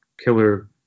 killer